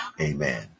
Amen